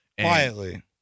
Quietly